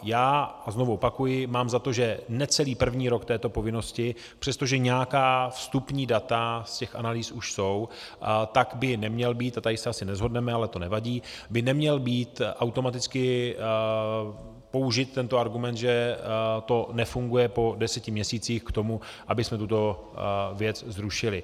Já znovu opakuji, mám za to, že necelý první rok této povinnosti, přestože nějaká vstupní data z těch analýz už jsou, tak by neměl být tady se asi neshodneme, ale to nevadí neměl být automaticky použit tento argument, že to nefunguje po deseti měsících, k tomu, abychom tuto věc zrušili.